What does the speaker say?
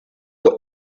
what